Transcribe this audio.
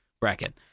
bracket